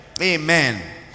Amen